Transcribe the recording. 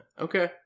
Okay